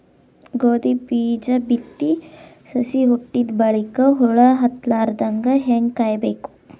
ಗೋಧಿ ಬೀಜ ಬಿತ್ತಿ ಸಸಿ ಹುಟ್ಟಿದ ಬಲಿಕ ಹುಳ ಹತ್ತಲಾರದಂಗ ಹೇಂಗ ಕಾಯಬೇಕು?